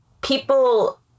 people